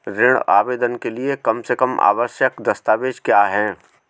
ऋण आवेदन के लिए कम से कम आवश्यक दस्तावेज़ क्या हैं?